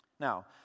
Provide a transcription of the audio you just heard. Now